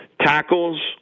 Tackles